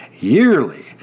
yearly